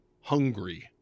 hungry